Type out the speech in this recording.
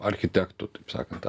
architektų taip sakant